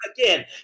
again